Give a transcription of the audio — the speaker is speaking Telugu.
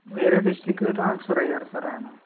వేరే డిస్ట్రిక్ట్లో ట్రాన్స్ఫర్ అయ్యారు సార్ ఆయన